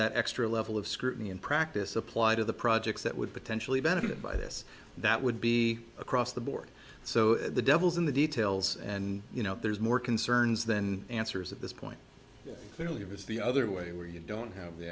that extra level of scrutiny and practice applied to the projects that would potentially benefit by this that would be across the board so the devil's in the details and you know there's more concerns than answers at this point clearly because the other way where you don't have the